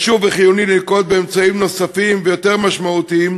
חשוב וחיוני לנקוט אמצעים נוספים ויותר משמעותיים